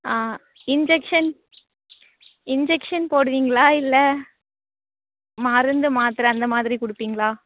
ஆ injection injection போடுவீங்களா இல்லை மருந்து மாத்திரை அந்த மாதிரி கொடுப்பீங்களா